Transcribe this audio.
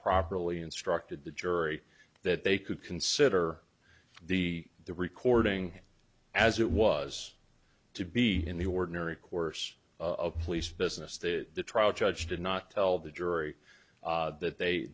properly instructed the jury that they could consider the the recording as it was to be in the ordinary course of police business the trial judge did not tell the jury that they